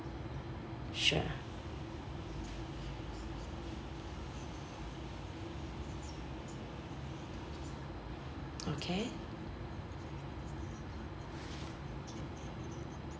sure okay